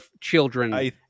children